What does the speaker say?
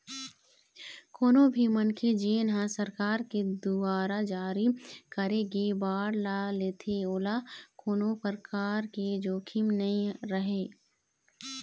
कोनो भी मनखे जेन ह सरकार के दुवारा जारी करे गे बांड ल लेथे ओला कोनो परकार के जोखिम नइ रहय